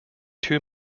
two